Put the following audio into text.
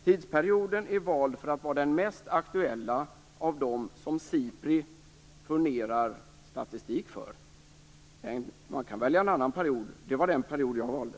Tidsperioden är vald för att vara den mest aktuella av de som SIPRI furnerar statistik för. Man kan välja en annan period. Det var den period jag valde.